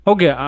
Okay